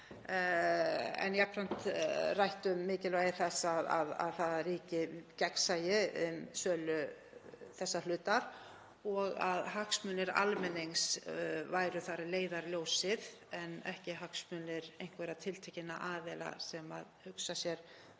en jafnframt rætt um mikilvægi þess að það ríki gegnsæi um sölu þessa hlutar og að hagsmunir almennings séu þar leiðarljósið en ekki hagsmunir einhverra tiltekinna aðila sem hugsa sér